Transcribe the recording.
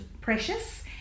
precious